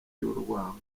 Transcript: y’urwango